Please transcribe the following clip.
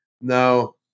Now